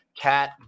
Cat